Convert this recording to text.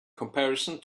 comparison